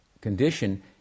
condition